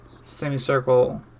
semicircle